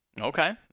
okay